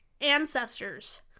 ancestors